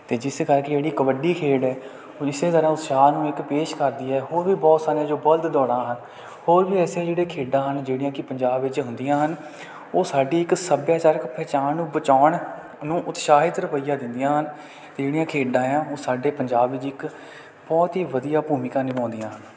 ਅਤੇ ਜਿਸ ਕਰਕੇ ਜਿਹੜੀ ਕਬੱਡੀ ਖੇਡ ਹੈ ਉਹ ਇਸ ਤਰ੍ਹਾਂ ਉਤਸ਼ਾਹ ਨੂੰ ਇੱਕ ਪੇਸ਼ ਕਰਦੀ ਹੈ ਹੋਰ ਵੀ ਬਹੁਤ ਸਾਰੀਆਂ ਜੋ ਬਲਦ ਦੌੜਾਂ ਹਨ ਹੋਰ ਵੀ ਐਸੇ ਜਿਹੜੀਆਂ ਖੇਡਾਂ ਹਨ ਜਿਹੜੀਆਂ ਕਿ ਪੰਜਾਬ ਵਿੱਚ ਹੁੰਦੀਆਂ ਹਨ ਉਹ ਸਾਡੀ ਇੱਕ ਸੱਭਿਆਚਾਰਕ ਪਹਿਚਾਣ ਨੂੰ ਬਚਾਉਣ ਨੂੰ ਉਤਸ਼ਾਹਿਤ ਰਵੱਈਆ ਦਿੰਦੀਆਂ ਹਨ ਅਤੇ ਜਿਹੜੀਆਂ ਖੇਡਾਂ ਆ ਉਹ ਸਾਡੇ ਪੰਜਾਬ ਵਿੱਚ ਇੱਕ ਬਹੁਤ ਹੀ ਵਧੀਆ ਭੂਮਿਕਾ ਨਿਭਾਉਂਦੀਆਂ